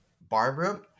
Barbara